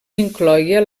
incloïa